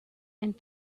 and